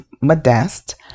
Modest